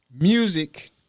music